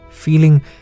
Feeling